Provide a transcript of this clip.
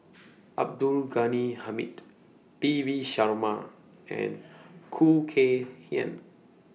Abdul Ghani Hamid P V Sharma and Khoo Kay Hian